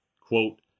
quote